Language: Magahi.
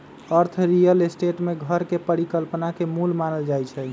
अर्थ रियल स्टेट में घर के परिकल्पना के मूल मानल जाई छई